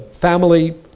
family